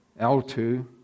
L2